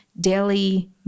daily